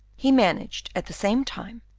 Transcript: he managed, at the same time,